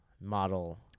model